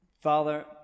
Father